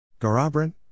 Garabrant